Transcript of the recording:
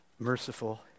Merciful